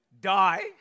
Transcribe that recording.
Die